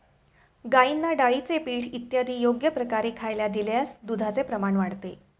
गाईंना डाळीचे पीठ इत्यादी योग्य प्रकारे खायला दिल्यास दुधाचे प्रमाण वाढते